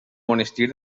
monestir